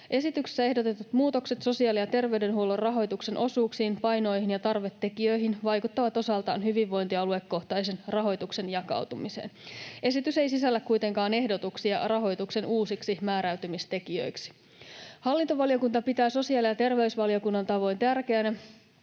Esityksessä ehdotetut muutokset sosiaali- ja terveydenhuollon rahoituksen osuuksiin, painoihin ja tarvetekijöihin vaikuttavat osaltaan hyvinvointialuekohtaisen rahoituksen jakautumiseen. Esitys ei sisällä kuitenkaan ehdotuksia rahoituksen uusiksi määräytymistekijöiksi. Hallintovaliokunta pitää sosiaali- ja terveysvaliokunnan tavoin tärkeänä,